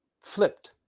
flipped